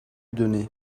donner